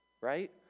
right